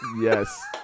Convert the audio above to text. Yes